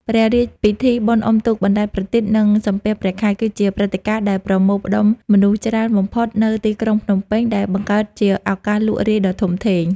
ព្រះរាជពិធីបុណ្យអុំទូក បណ្តែតប្រទីប និងសំពះព្រះខែ គឺជាព្រឹត្តិការណ៍ដែលប្រមូលផ្តុំមនុស្សច្រើនបំផុតនៅទីក្រុងភ្នំពេញ ដែលបង្កើតជាឱកាសលក់រាយដ៏ធំធេង។